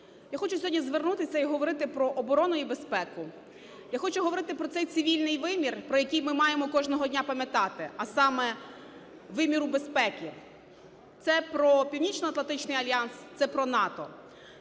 Я хочу сьогодні звернутися і говорити про оборону і безпеку. Я хочу говорити про цей цивільний вимір, про який ми маємо кожного дня пам'ятати, а саме виміру безпеки – це про Північноатлантичний альянс, це про НАТО.